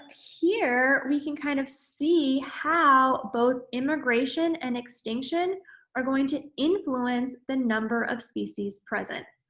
here we can kind of see how both immigration and extinction are going to influence the number of species present.